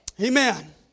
Amen